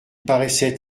paraissaient